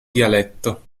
dialetto